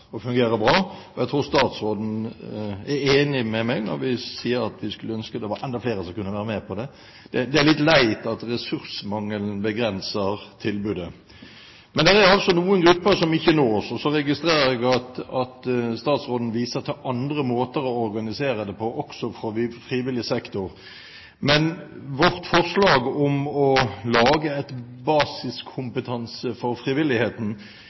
fungerer bra, og jeg tror statsråden er enig med meg når vi sier at vi skulle ønske det var enda flere som kunne være med på det. Det er litt leit at ressursmangelen begrenser tilbudet, men det er altså noen grupper som ikke nås. Og så registrerer jeg at statsråden viser til andre måter å organisere det på, også på frivillig sektor. Men vårt forslag om å lage en basiskompetanse for frivilligheten